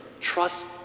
trust